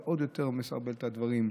וזה עוד יותר מסרבל את הדברים,